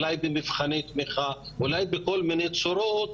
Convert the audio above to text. אולי במבחני תמיכה או בכל מיני צורות,